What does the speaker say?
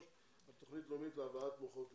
על תוכנית לאומית להבאת מוחות לישראל.